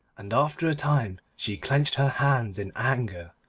and after a time she clenched her hands in anger.